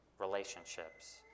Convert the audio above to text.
relationships